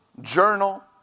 journal